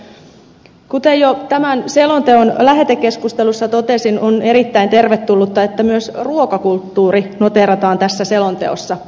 kuten jo tämän selonteon lähetekeskustelussa totesin on erittäin tervetullutta että myös ruokakulttuuri noteerataan tässä selonteossa